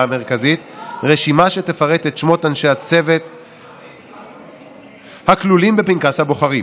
המרכזית רשימה שתפרט את שמות אנשי צוות האוויר הכלולים בפנקס הבוחרים